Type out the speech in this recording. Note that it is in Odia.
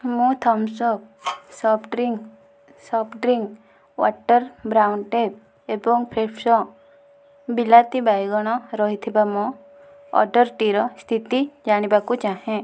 ମୁଁ Thums Up soft drink soft drink water brown tape ଏବଂ ଫ୍ରେଶୋ ବିଲାତିବାଇଗଣ ରହିଥିବା ମୋ ଅର୍ଡ଼ର୍ଟିର ସ୍ଥିତି ଜାଣିବାକୁ ଚାହେଁ